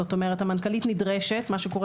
מה שקורה בפועל,